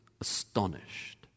astonished